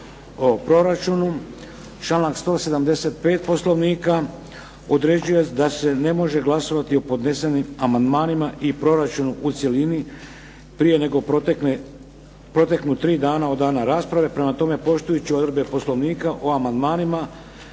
o proračunu. Članak 175. Poslovnika određuje da se ne može glasovati o podnesenim amandmanima i proračunu u cjelini prije nego proteknu tri dana od dana rasprave. Prema tome, poštujući odredbe poslovnika o amandmanima